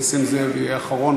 נסים זאב יהיה האחרון,